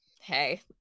hey